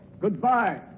Goodbye